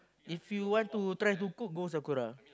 if you want to try to cook go Sakura